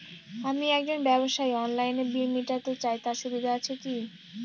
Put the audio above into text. আমি একজন ব্যবসায়ী অনলাইনে বিল মিটাতে চাই তার সুবিধা আছে কি?